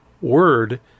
word